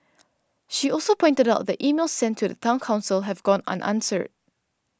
she also pointed out that emails sent to the Town Council have gone unanswered